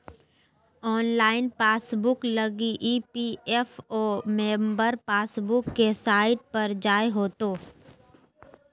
online passbook लगी EPFO member passbook के site पर जाय होतो